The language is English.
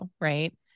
Right